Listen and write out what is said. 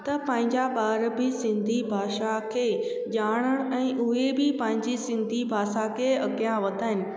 त पंहिंजा ॿार बि सिंधी भाषा खे ॼाणणु ऐं उहे बि पंहिंजी सिंधी भाषा खे अॻियां वधाइनि